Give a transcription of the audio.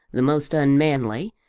the most unmanly,